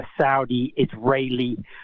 Saudi-Israeli